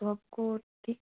तो आपको ठीक